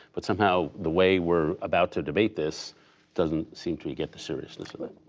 but, somehow, the way we're about to debate this doesn't seem to get the seriousness of it.